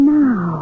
now